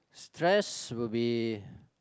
stress will be